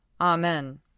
Amen